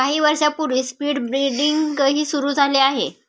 काही वर्षांपूर्वी स्पीड ब्रीडिंगही सुरू झाले आहे